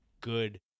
good